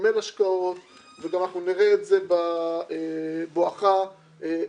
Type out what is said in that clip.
לתגמל השקעות וגם אנחנו נראה את זה בואך המכרז